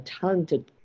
talented